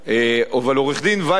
אבל עורך-דין וייסגלס,